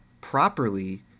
properly